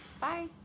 Bye